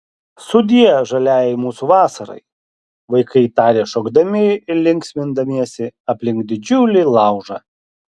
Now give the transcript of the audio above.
sudie žaliajai mūsų vasarai vaikai tarė šokdami ir linksmindamiesi aplink didžiulį laužą